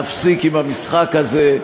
להפסיק עם המשחק הזה,